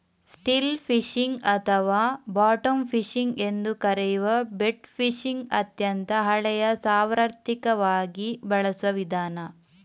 still fishing ಅಥವಾ bottom fishing ಎಂದೂ ಕರೆಯುವ ಬೆಟ್ ಫಿಶಿಂಗ್ ಅತ್ಯಂತ ಹಳೆಯ ಸಾರ್ವತ್ರಿಕವಾಗಿ ಬಳಸುವ ವಿಧಾನ